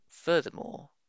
furthermore